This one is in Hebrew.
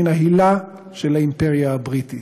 מן ההילה של האימפריה הבריטית.